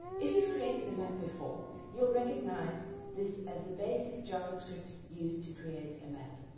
if you've created a map before you'll recognize this as the basic javascript used to create a map.